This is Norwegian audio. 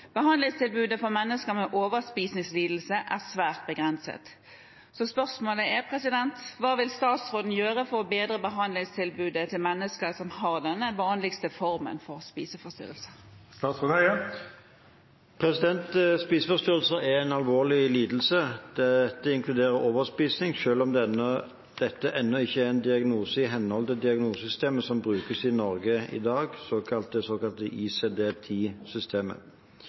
Behandlingstilbudet for mennesker med overspisingslidelse er svært begrenset. Hva vil statsråden gjøre for å bedre behandlingstilbudet til mennesker som har denne vanligste formen for spiseforstyrrelse?» Spiseforstyrrelser er en alvorlig lidelse. Dette inkluderer overspising, selv om dette ennå ikke er en diagnose i henhold til diagnosesystemet som brukes i Norge i dag, det såkalte